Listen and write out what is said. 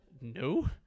no